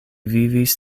vivis